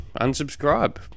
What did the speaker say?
unsubscribe